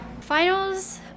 Finals